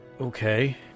Okay